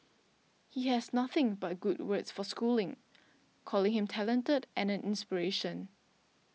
he has nothing but good words for schooling calling him talented and an inspiration